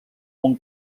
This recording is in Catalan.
món